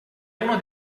uno